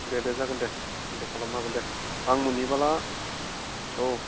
दे दे जागोन दे दे खालामनो हागोन दे आं मोनहैबोला औ